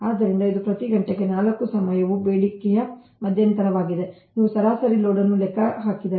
ಆದ್ದರಿಂದ ಇದು ಪ್ರತಿ ಘಂಟೆಗೆ 4 ಸಮಯವು ಬೇಡಿಕೆಯ ಮಧ್ಯಂತರವಾಗಿದೆ ನೀವು ಸರಾಸರಿ ಲೋಡ್ ಅನ್ನು ಲೆಕ್ಕ ಹಾಕಿದರೆ